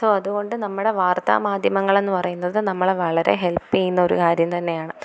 so അതുകൊണ്ട് നമ്മടെ വാർത്താമാധ്യമങ്ങളെന്ന് പറയുന്നത് നമ്മളെ വളരെ ഹെൽപ്പ് ചെയ്യുന്നൊരു കാര്യം തന്നെയാണ്